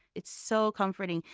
it's so comforting,